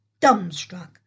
dumbstruck